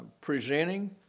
presenting